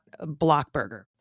Blockburger